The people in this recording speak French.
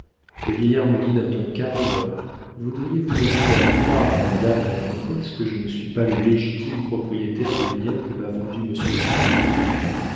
le vieillard me dit d'un ton calme voudriez-vous donc faire croire à madame la comtesse que je ne suis pas le légitime propriétaire des biens que m'a vendus monsieur le